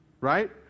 right